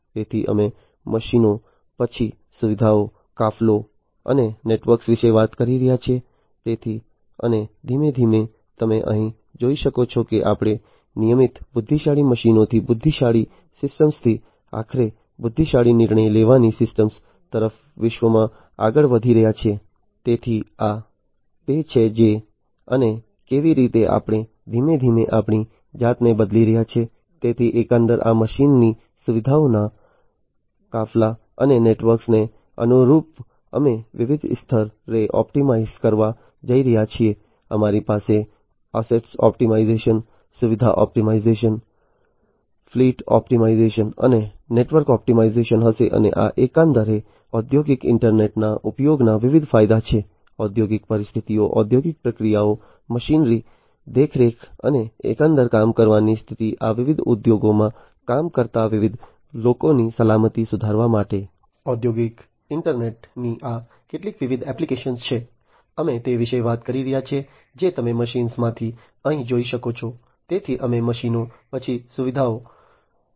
તેથી અમે મશીનો પછી સુવિધાઓ કાફલો અને નેટવર્ક વિશે વાત કરી રહ્યા છીએ